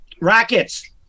Rackets